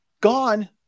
Gone